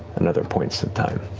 in other points of time.